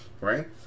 Right